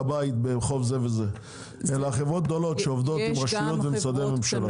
כאלה שעובדות עם רשויות ועם משרדי ממשלה?